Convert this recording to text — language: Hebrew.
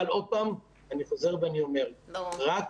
אבל עוד פעם אני חוזר ואומר: רק